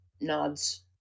nods